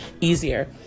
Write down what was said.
easier